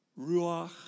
Ruach